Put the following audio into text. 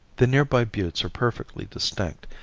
the nearby buttes are perfectly distinct,